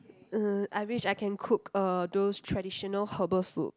uh I wished I can cook uh those traditional herbal soup